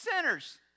sinners